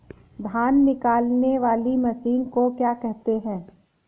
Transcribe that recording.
धान निकालने वाली मशीन को क्या कहते हैं?